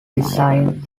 designed